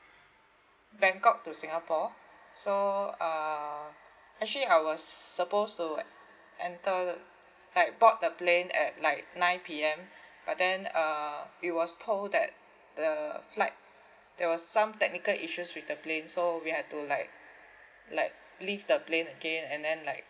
bangkok to singapore so um actually I was suppose to enter like board the plane at like nine P_M but then uh it was told that the flight there was some technical issues with the plane so we had to like like leave the plane again and then like